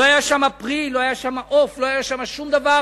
לא היה שם פרי, לא היה שם עוף, לא היה שם שום דבר.